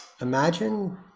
Imagine